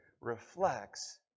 reflects